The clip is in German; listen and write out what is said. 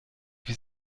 wie